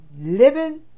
living